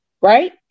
right